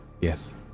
Yes